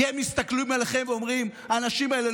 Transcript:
כי הם מתסכלים עליכם ואומרים: האנשים האלה,